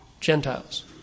Gentiles